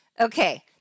Okay